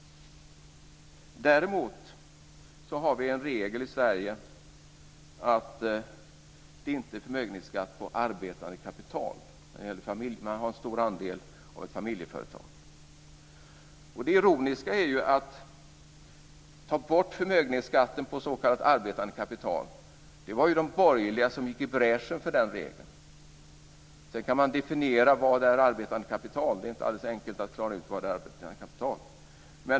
Däremot har vi en regel i Sverige att det inte är förmögenhetsskatt på arbetande kapital, t.ex. om man har en stor andel av ett familjeföretag. Det ironiska är att det var de borgerliga som gick i bräschen för regeln om att ta bort förmögenhetsskatten på s.k. arbetande kapital. Sedan kan man fråga sig hur man definierar arbetande kapital. Det är inte alldeles enkelt att klara ut vad som är arbetande kapital.